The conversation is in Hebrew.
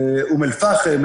אום אל פאחם,